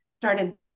started